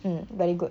mm very good